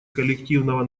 коллективного